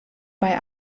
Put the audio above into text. bei